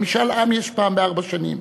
אבל משאל עם יש פעם בארבע שנים.